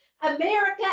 America